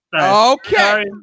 Okay